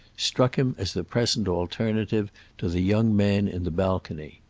struck him as the present alternative to the young man in the balcony.